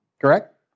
Correct